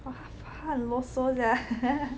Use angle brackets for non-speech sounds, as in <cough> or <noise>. !wah! <coughs> 她很啰嗦 sia <laughs>